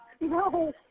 No